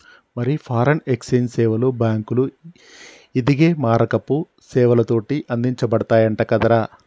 మరి foreign exchange సేవలు బాంకులు, ఇదిగే మారకపు సేవలతోటి అందించబడతయంట కదరా